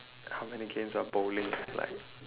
how many games of bowling like